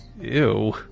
Ew